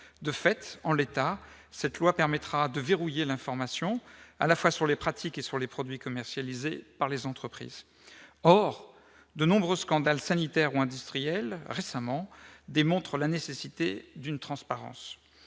De fait, en l'état, cette loi permettra de verrouiller l'information à la fois sur les pratiques et sur les produits commercialisés par les entreprises. Or de nombreux scandales sanitaires ou industriels récents démontrent la nécessité d'une transparence.